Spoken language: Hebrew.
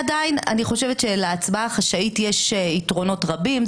עדיין אני חושבת שלהצבעה החשאית יש יתרונות רבים.